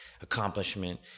accomplishment